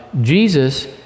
Jesus